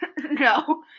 No